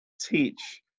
teach